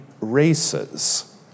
races